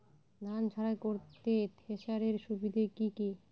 ধান ঝারাই করতে থেসারের সুবিধা কি কি?